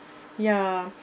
ya